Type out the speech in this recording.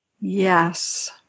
Yes